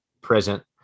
present